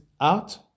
out